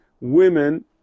women